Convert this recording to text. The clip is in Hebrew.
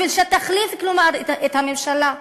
כלומר כדי שתחליף את הממשלה.